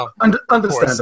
understandable